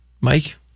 Mike